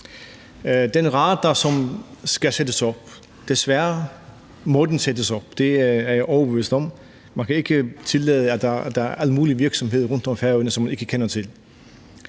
en radar, som skal sættes op – desværre må den sættes op. Det er jeg overbevist om, for man kan ikke tillade, at der er al mulig virksomhed rundt om Færøerne, som man ikke kender til.